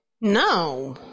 No